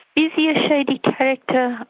is he a shady character?